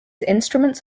instruments